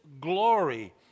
glory